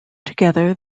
together